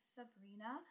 Sabrina